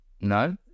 No